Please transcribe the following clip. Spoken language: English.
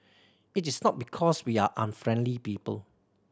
it is not because we are unfriendly people